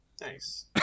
Nice